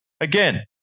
Again